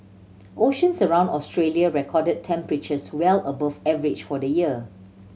oceans around Australia recorded temperatures well above average for the year